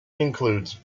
includes